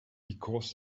because